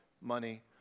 money